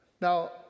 Now